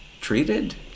treated